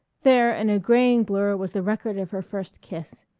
there in a graying blur was the record of her first kiss,